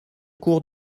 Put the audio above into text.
court